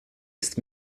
ist